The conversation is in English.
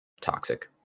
Toxic